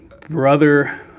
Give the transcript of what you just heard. brother